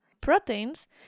proteins